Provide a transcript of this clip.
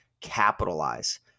capitalize